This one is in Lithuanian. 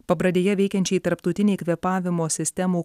pabradėje veikiančiai tarptautinei kvėpavimo sistemų